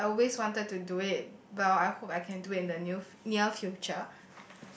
like I always wanted to do it well I hope I can do in the near near future